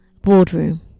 boardroom